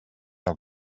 del